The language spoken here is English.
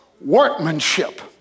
workmanship